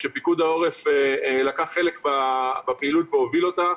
כשפיקוד העורף לקח חלק בפעילות והוביל אותה,